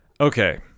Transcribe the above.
Okay